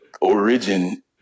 origin